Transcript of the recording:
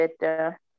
better